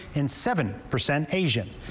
and seven percent asian.